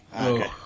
Okay